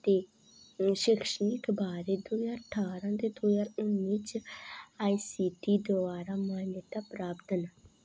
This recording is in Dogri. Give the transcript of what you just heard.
ते शैक्षणिक बारे दो ज्हार ठारां ते दो ज्हार उन्नी च आई सी टी दवारा मान्यता प्राप्त न